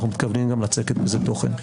אנחנו מתכוונים גם לצקת בזה תוכן.